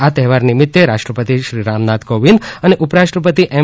આ તેહવાર નિમિત્તે રાષ્ટ્રપતિ રામનાથ કોવિંદ અને ઉપરાષ્ટ્રપતિ એમ